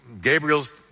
Gabriel's